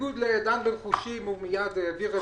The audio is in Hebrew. -- שבניגוד לחושי בן דן הוא מיד העביר את זה.